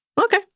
Okay